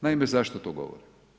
Naime, zašto to govorim?